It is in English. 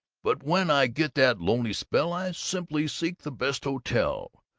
but when i get that lonely spell, i simply seek the best hotel,